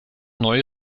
neue